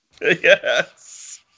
Yes